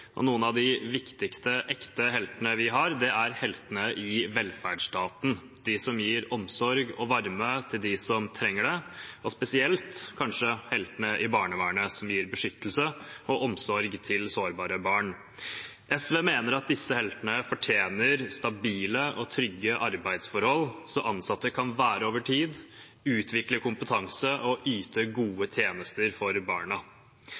verden. Noen av de viktigste ekte heltene vi har, er heltene i velferdsstaten, de som gir omsorg og varme til dem som trenger det, og kanskje spesielt heltene i barnevernet, som gir beskyttelse og omsorg til sårbare barn. SV mener at disse heltene fortjener stabile og trygge arbeidsforhold, så de ansatte kan bli værende over tid, utvikle kompetanse og yte gode tjenester for barna.